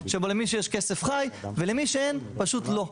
שלמי שיש כסף חי ולמי שאין פשוט לא.